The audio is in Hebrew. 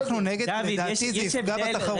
אנחנו נגד כי לדעתי זה יפגע בתחרות.